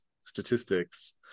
statistics